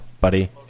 buddy